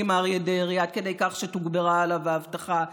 אריה דרעי עד כדי כך שתוגברה האבטחה עליו,